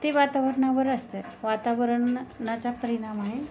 ते वातावरणावर असतं वातावरण नचा परिणाम आहे